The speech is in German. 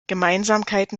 gemeinsamkeiten